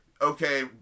Okay